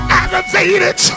aggravated